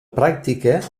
pràctica